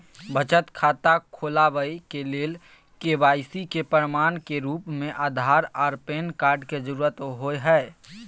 बचत खाता खोलाबय के लेल के.वाइ.सी के प्रमाण के रूप में आधार आर पैन कार्ड के जरुरत होय हय